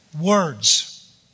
Words